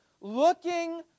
Looking